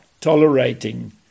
tolerating